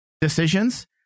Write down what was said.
Decisions